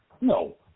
No